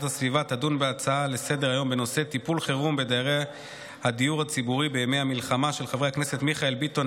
הסביבה תדון בהצעה לסדר-היום של חברי הכנסת מיכאל ביטון,